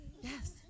Yes